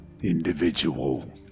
individual